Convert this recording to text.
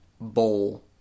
bowl